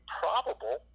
probable